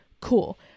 cool